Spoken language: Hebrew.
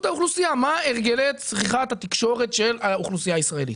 האוכלוסייה מה הרגלי צריכת התקשורת של הישראלים.